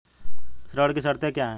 ऋण की शर्तें क्या हैं?